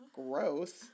gross